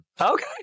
Okay